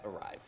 arrive